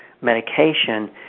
medication